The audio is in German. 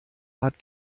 art